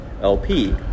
LP